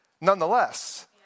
Nonetheless